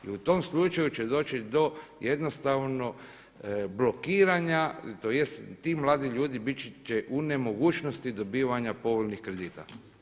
I u tom slučaju će doći do jednostavno blokiranja, tj. ti mladi ljudi biti će u nemogućnosti dobivanja povoljnih kredita.